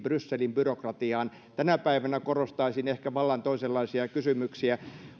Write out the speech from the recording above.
brysselin byrokratiaan tänä päivänä korostaisin ehkä vallan toisenlaisia kysymyksiä